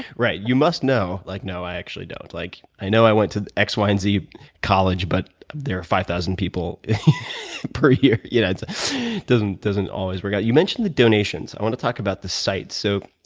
right, you must know. like, no, i actually don't. like i know i went to x, y, and z college, but there are five thousand people per year. yeah it doesn't always work out. you mentioned the donations. i wanna talk about the site. so,